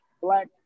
black